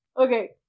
okay